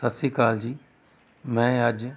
ਸਤਿ ਸ਼੍ਰੀ ਅਕਾਲ ਜੀ ਮੈਂ ਅੱਜ